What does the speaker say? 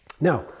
Now